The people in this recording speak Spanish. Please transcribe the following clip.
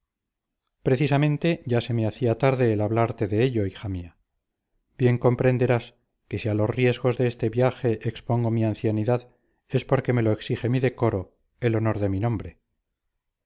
precisamente ya se me hacía tarde el hablarte de ello hija mía bien comprenderás que si a los riesgos de este viaje expongo mi ancianidad es porque me lo exige mi decoro el honor de mi nombre